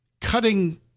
Cutting